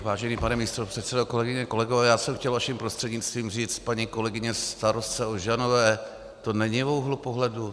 Vážený pane místopředsedo, kolegyně, kolegové, já jsem chtěl vaším prostřednictvím říct paní kolegyni starostce Ožanové to není o úhlu pohledu.